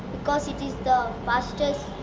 because it is the fastest,